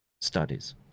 studies